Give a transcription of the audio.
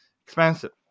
expensive